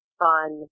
fun